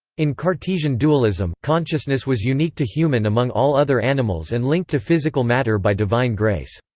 in cartesian dualism, consciousness was unique to human among all other animals and linked to physical matter by divine grace.